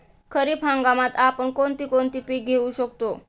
खरीप हंगामात आपण कोणती कोणती पीक घेऊ शकतो?